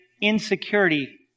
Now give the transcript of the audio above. insecurity